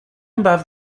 above